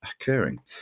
occurring